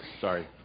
Sorry